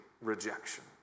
rejection